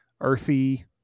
earthy